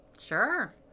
Sure